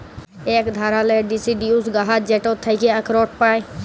ইক ধারালের ডিসিডিউস গাহাচ যেটর থ্যাকে আখরট পায়